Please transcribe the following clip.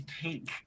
pink